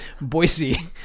Boise